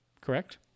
Correct